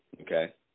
okay